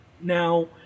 Now